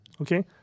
Okay